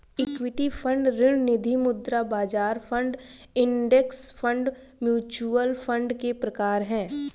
equity fund ऋण निधिमुद्रा बाजार fund index fund mutual fund के प्रकार हैं